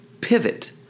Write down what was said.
pivot